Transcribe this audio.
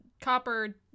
copper